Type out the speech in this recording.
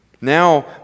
Now